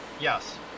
Yes